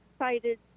excited